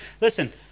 Listen